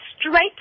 Straight